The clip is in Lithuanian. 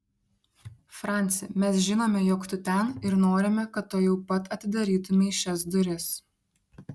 franci mes žinome jog tu ten ir norime kad tuojau pat atidarytumei šias duris